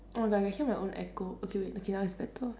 oh my god I can hear my own echo okay wait okay now it's better